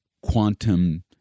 quantum